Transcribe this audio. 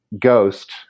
ghost